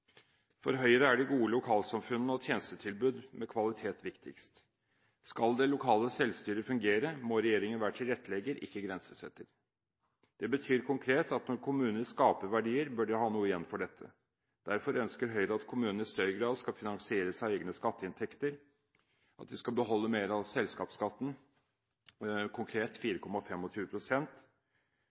For Høyre er de gode lokalsamfunn og tjenestetilbud med kvalitet viktigst. Skal det lokale selvstyret fungere, må regjeringen være tilrettelegger, ikke grensesetter. Det betyr konkret at når kommuner skaper verdier, bør de ha noe igjen for dette. Derfor ønsker Høyre at kommunene i større grad skal finansieres av egne skatteinntekter, bl.a. gjennom at de skal beholde mer av selskapsskatten – konkret